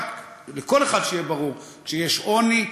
לכל אחד שיהיה ברור: כשיש עוני,